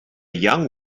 young